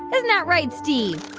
isn't that right, steve?